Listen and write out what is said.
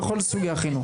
בכל סוגי החינוך.